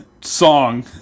song